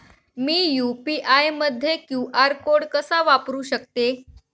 मी UPI मध्ये QR code कसा वापरु शकते?